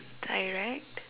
direct